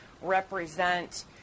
represent